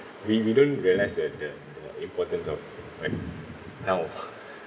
we we don't realise that the the importance of like health